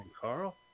Carl